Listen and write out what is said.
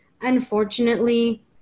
unfortunately